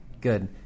Good